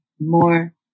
more